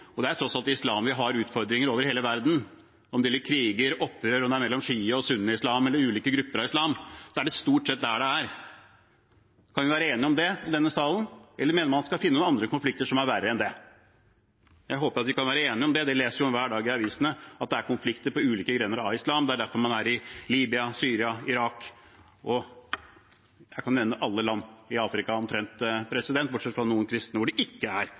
og det er tross alt islam vi har utfordringer med over hele verden, om det gjelder kriger eller opprør, om det er mellom sjia- og sunniislam eller ulike grupper av islam. Det er stort sett der det er. Kan vi være enige om det i denne salen, eller mener man at man kan finne noen andre konflikter som er verre enn det? Jeg håper at vi kan være enige om det. Det leser vi om hver dag i avisene, at det er konflikter i ulike grener av islam. Det er derfor man er i Libya, i Syria og i Irak. Og jeg kan nevne omtrent alle land i Afrika, bortsett fra noen kristne hvor det ikke er